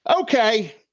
okay